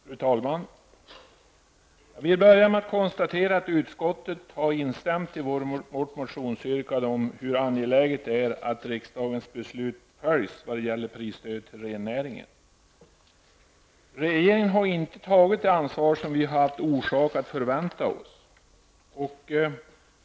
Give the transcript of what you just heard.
Fru talman! Jag vill börja med att konstatera att utskottet har instämt i vårt motionsyrkande om att det är angeläget att riksdagens beslut när det gäller prisstöd till rennäringen följs. Regeringen har inte tagit det ansvar som vi har haft anledning att vänta oss.